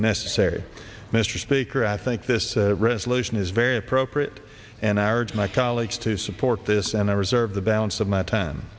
necessary mr speaker i think this resolution is very appropriate and i urge my colleagues to support this and i reserve the balance of my time